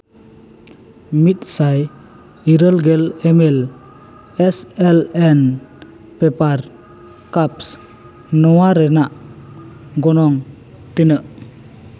ᱢᱤᱫᱥᱟᱭ ᱤᱨᱟᱹᱞ ᱜᱮᱞ email S L N paper cups ᱱᱚᱣᱟ ᱨᱮᱱᱟᱜ ᱜᱚᱱᱚᱝ ᱛᱤᱱᱟᱹᱜ